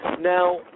Now